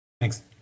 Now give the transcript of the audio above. Thanks